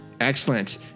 Excellent